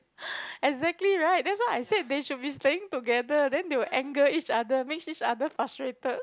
exactly right that's why I said they should be staying together then they will anger each other make each other frustrated